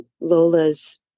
Lola's